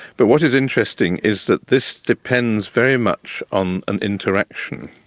but what is interesting is that this depends very much on an interaction.